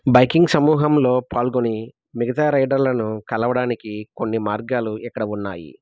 biking సమూహంలో పాల్గొని మిగతా రైడర్లను కలవడానికి కొన్ని మార్గాలు ఇక్కడ ఉన్నాయి